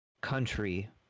country